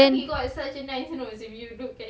ya then